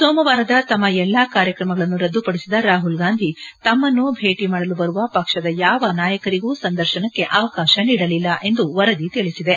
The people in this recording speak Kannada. ಸೋಮವಾರದ ತಮ್ಮ ಎಲ್ಲಾ ಕಾರ್ಯಕ್ರಮಗಳನ್ನು ರದ್ದುಪಡಿಸಿದ ರಾಹುಲ್ ಗಾಂಧಿ ತಮ್ಮನ್ನು ಭೇಟಿ ಮಾಡಲು ಬರುವ ಪಕ್ಷದ ಯಾವ ನಾಯಕರಿಗೂ ಸಂದರ್ಶನಕ್ಕೆ ಅವಕಾಶ ನೀಡಲಿಲ್ಲ ಎಂದು ವರದಿ ತಿಳಿಸಿದೆ